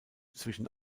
zwischen